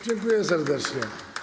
Dziękuję serdecznie.